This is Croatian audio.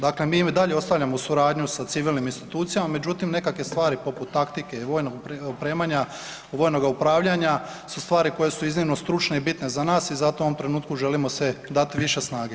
Dakle mi i dalje ostavljamo suradnju sa civilnim institucijama, međutim nekakve stvari poput taktike i vojnog opremanja, vojnog upravljanja su stvari koje su iznimno stručne i bitne za nas i zato u ovom trenutku želimo se dati više snage.